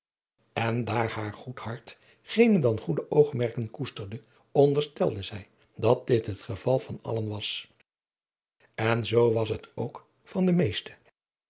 en daar haar goed hart geene dan goede oogmerken koesterde onderstelde zij dat dit het geval van allen was en zoo was het ook van de meesten